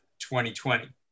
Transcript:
2020